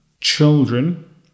Children